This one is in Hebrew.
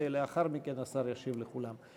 ולאחר מכן השר ישיב לכולם.